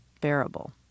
bearable